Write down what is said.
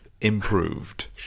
Improved